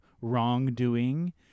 wrongdoing